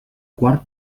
quart